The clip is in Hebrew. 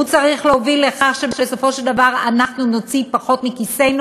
הוא צריך להוביל לכך שבסופו של דבר אנחנו נוציא פחות מכיסנו